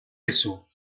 eso